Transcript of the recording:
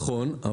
נכון.